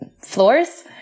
floors